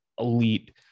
Elite